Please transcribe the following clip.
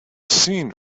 seen